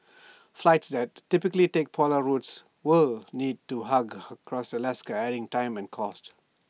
flights that typically take polar routes will need to hug coast of Alaska adding time and cost